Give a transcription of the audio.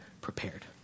prepared